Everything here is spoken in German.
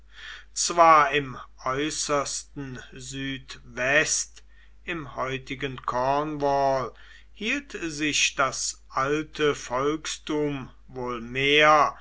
zwar im äußersten südwest im heutigen cornwall hielt sich das alte volkstum wohl mehr